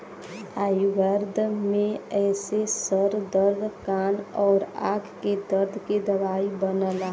आयुर्वेद में एसे सर दर्द कान आउर आंख के दर्द के दवाई बनला